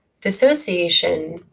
Dissociation